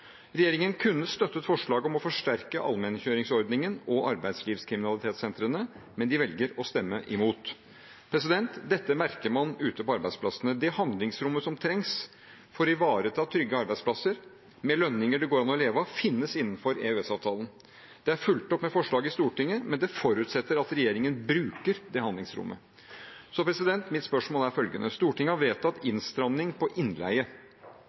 Regjeringen kunne støttet forslaget om å forsterke allmenngjøringsordningen og arbeidslivskriminalitetssentrene, men de velger å stemme imot. Dette merker man ute på arbeidsplassene. Det handlingsrommet som trengs for å ivareta trygge arbeidsplasser med lønninger det går an å leve av, finnes innenfor EØS-avtalen. Det er fulgt opp med forslag i Stortinget, men det forutsetter at regjeringen bruker det handlingsrommet. Mitt spørsmål er følgende: Stortinget har vedtatt innstramming på innleie,